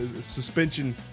suspension